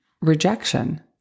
rejection